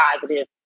positive